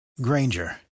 Granger